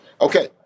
Okay